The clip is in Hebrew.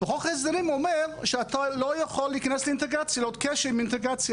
חוק ההסדרים אומר שאתה לא יכול להיות בקשר עם אינטגרציה.